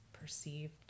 perceived